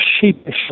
sheepishly